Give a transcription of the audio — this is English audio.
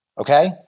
okay